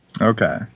okay